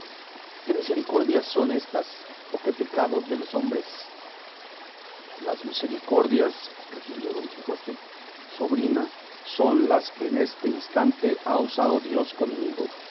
qué misericordias son éstas o qué pecados de los hombres las misericordias respondió don quijote sobrina son las que en este instante ha usado dios conmigo